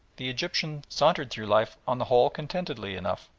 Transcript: the egyptian sauntered through life on the whole contentedly enough,